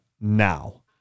now